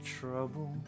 trouble